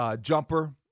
jumper